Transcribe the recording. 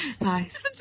Nice